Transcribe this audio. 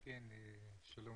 שלום,